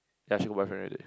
ya she got boyfriend already